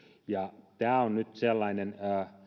tämä on nyt sellainen